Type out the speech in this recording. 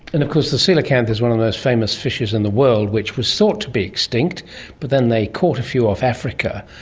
and of course the coelacanth is one of the most famous fishes in the world, which was thought to be extinct but then they caught a few off africa,